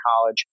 college